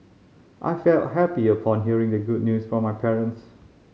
I felt happy upon hearing the good news from my parents